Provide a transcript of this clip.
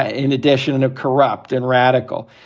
ah in addition, and a corrupt and radical.